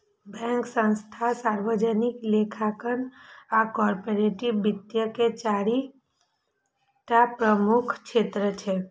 bank, संस्थान, सार्वजनिक लेखांकन आ कॉरपोरेट वित्त के चारि टा प्रमुख क्षेत्र छियै